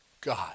God